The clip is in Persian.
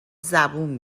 زبون